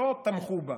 לא תמכו בה,